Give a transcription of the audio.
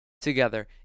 together